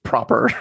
Proper